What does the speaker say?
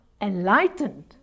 enlightened